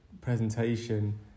presentation